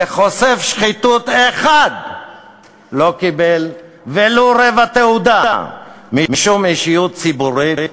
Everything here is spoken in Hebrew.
וחושף שחיתות אחד לא קיבל ולו רבע תעודה משום אישיות ציבורית,